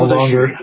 longer